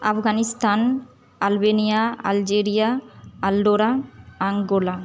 Afghanistan Albania Algeria Andorra Angola